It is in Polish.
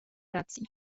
racji